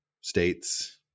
states